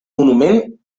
monument